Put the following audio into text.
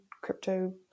crypto